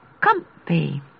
comfy